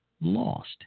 lost